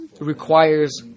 requires